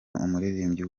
umuririmbyi